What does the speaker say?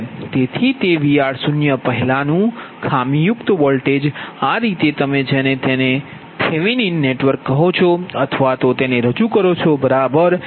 તેથી તે Vr0 પહેલાનું ખામીયુક્ત વોલ્ટેજ આ રીતે તમે જેને તમે થેવેનિન નેટવર્ક કહો છો અથવા તો તેને રજૂ કરો છો બરાબર